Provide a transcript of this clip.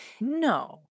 No